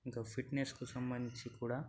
ఇంకా ఫిట్నెస్కి సంబంధించి కూడా